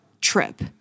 trip